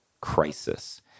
crisis